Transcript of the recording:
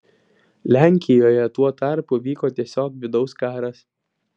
lenkijoje tuo tarpu vyko tiesiog vidaus karas